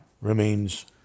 remains